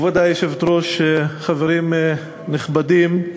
כבוד היושבת-ראש, חברים נכבדים,